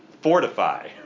fortify